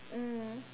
mm